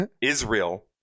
israel